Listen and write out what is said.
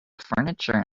furniture